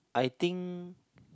I think